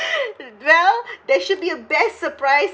well there should be a best surprise